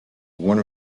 one